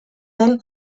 den